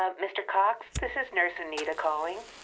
um mr. cox, this is nurse anita calling,